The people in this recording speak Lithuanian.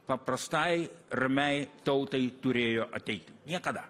paprastai ramiai tautai turėjo ateiti niekada